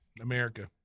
America